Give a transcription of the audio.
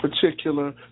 particular